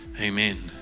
Amen